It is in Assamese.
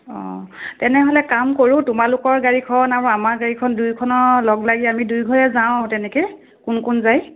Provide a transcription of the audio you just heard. অঁ তেনেহ'লে কাম কৰোঁ তোমালোকৰ গাড়ীখন আৰু আমাৰ গাড়ীখন দুইখনৰ লগ লাগি আমি দুইঘৰে যাওঁ তেনেকৈ কোন কোন যায়